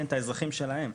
את האזרחים שלהם,